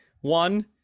One